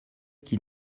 qu’il